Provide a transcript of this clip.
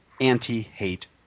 anti-hate